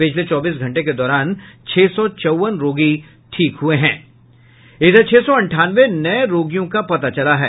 पिछले चौबीस घंटे के दौरान छह सौ चौवन रोगी ठीक हुए जबकि छह सौ अंठानवे नए रोगियों का पता चला है